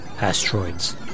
Asteroids